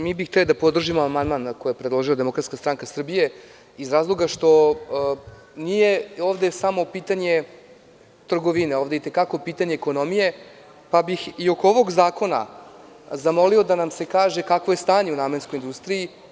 Mi bi hteli da podržimo amandman koji je predložila Demokratska stranka Srbije, iz razloga što nije ovde samo pitanje trgovine, ovde je i te kako pitanje ekonomije, pa bih i oko ovog zakona zamolio da nam se kaže kakvo je stanje u namenskoj industriji.